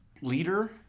leader